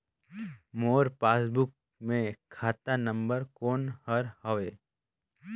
मोर passbook मे खाता number कोन हर हवे?